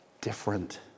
different